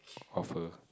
of her